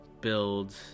build